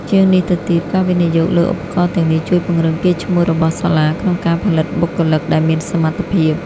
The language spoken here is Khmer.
ជាងនេះទៅទៀត ការវិនិយោគលើឧបករណ៍ទាំងនេះជួយពង្រឹងកេរ្តិ៍ឈ្មោះរបស់សាលាក្នុងការផលិតបុគ្គលិកដែលមានសមត្ថភាព។